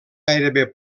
gairebé